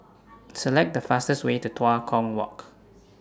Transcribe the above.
Select The fastest Way to Tua Kong Walk